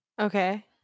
okay